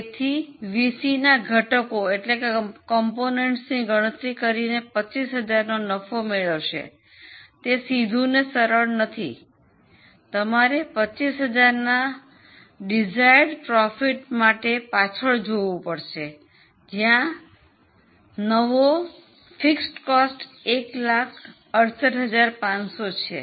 તેથી વીસીના ઘટકોની ગણતરી કરીને 25000 નો નફો મેળવશે તે સીધું સરળ નથી તમારે 25000 ના ઇચ્છિત નફા માટે પાછલ જોઉં પડશે જ્યાં નવી સ્થિર ખર્ચ 168500 છે